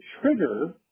trigger